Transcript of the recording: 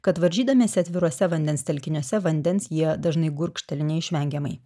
kad varžydamiesi atviruose vandens telkiniuose vandens jie dažnai gurkšteli neišvengiamai